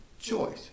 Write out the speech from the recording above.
choice